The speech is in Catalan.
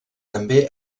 també